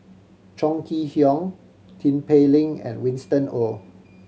Chong Kee Hiong Tin Pei Ling and Winston Oh